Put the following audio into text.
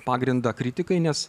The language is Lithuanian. pagrindą kritikai nes